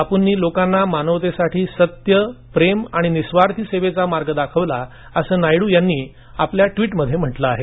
बापूंनी लोकांना मानवतेसाठी सत्य प्रेम आणि निःस्वार्थ सेवेचा मार्ग दाखवला अस नायडू यांनी एका ट्विटमध्ये म्हटले आहे